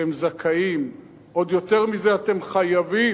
אתם זכאים, עוד יותר מזה, אתם חייבים,